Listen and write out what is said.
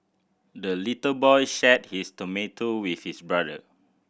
the little boy shared his tomato with his brother